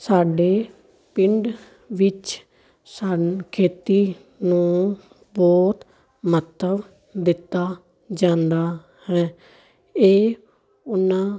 ਸਾਡੇ ਪਿੰਡ ਵਿੱਚ ਸਾਨੂੰ ਖੇਤੀ ਨੂੰ ਬਹੁਤ ਮਹੱਤਵ ਦਿੱਤਾ ਜਾਂਦਾ ਹੈ ਇਹ ਉਹਨਾਂ